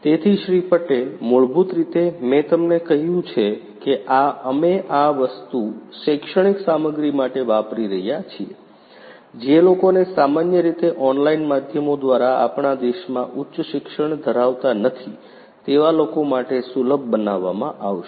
તેથી શ્રી પટેલ મૂળભૂત રીતે મેં તમને કહ્યું છે કે અમે આ વસ્તુ શૈક્ષણિક સામગ્રી માટે વાપરી રહ્યા છીએ જે લોકોને સામાન્ય રીતે ઓનલાઇન માધ્યમો દ્વારા આપણા દેશમાં ઉચ્ચ શિક્ષણ ધરાવતા નથી તેવા લોકો માટે સુલભ બનાવવામાં આવશે